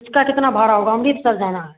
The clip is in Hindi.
उसका कितना भाड़ा होगा अमृतसर जाना है